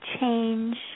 change